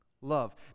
love